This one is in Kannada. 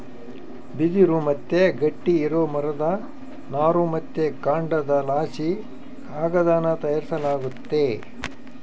ಬಿದಿರು ಮತ್ತೆ ಗಟ್ಟಿ ಇರೋ ಮರದ ನಾರು ಮತ್ತೆ ಕಾಂಡದಲಾಸಿ ಕಾಗದಾನ ತಯಾರಿಸಲಾಗ್ತತೆ